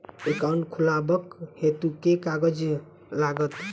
Account खोलाबक हेतु केँ कागज लागत?